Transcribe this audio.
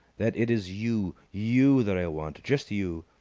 that it is you you that i want. just you!